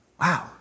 Wow